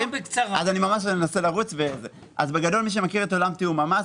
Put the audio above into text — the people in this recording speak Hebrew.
בעולם תיאום המס,